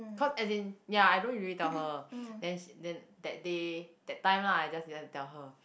cause as in ya I know you already tell her then then that day that time lah I just decided to tell her